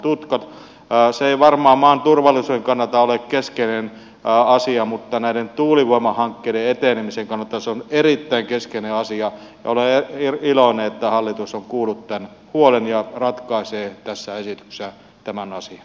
se ei varmaan maan turvallisuuden kannalta ole keskeinen asia mutta näiden tuulivoimahankkeiden etenemisen kannalta se on erittäin keskeinen asia ja olen iloinen että hallitus on kuullut tämän huolen ja ratkaisee tässä esityksessä tämän asian